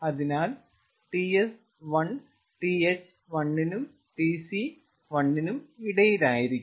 അതിനാൽ Ts1 Th1 നും Tc1 നും ഇടയിലായിരിക്കും